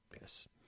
Yes